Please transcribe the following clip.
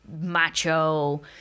macho